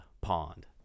pond